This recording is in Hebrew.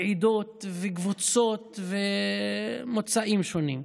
עדות וקבוצות ומוצאים שונים.